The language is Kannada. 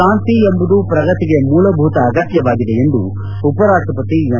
ಶಾಂತಿ ಎಂಬುದು ಪ್ರಗತಿಗೆ ಮೂಲಭೂತ ಅಗತ್ಯವಾಗಿದೆ ಎಂದು ಉಪರಾಷ್ಷಪತಿ ಎಂ